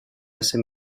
hace